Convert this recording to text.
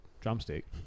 Drumstick